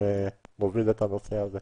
שהוביל את הנושא הזה.